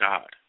God